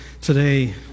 today